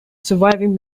surviving